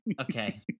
Okay